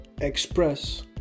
express